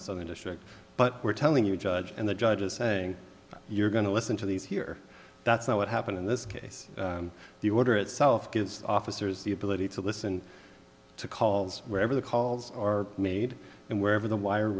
southern district but we're telling you judge and the judge is saying you're going to listen to these here that's not what happened in this case the order itself gives officers the ability to listen to calls wherever the calls are made and wherever the wire